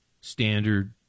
standard